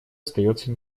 остается